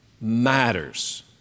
matters